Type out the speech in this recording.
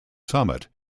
summit